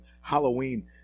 Halloween